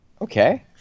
Okay